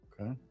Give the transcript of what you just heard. okay